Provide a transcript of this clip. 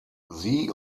sie